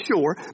sure